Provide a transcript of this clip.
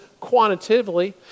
quantitatively